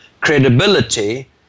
credibility